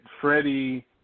Freddie